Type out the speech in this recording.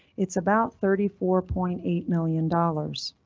it's about thirty four point eight million dollars